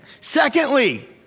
Secondly